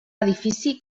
edifici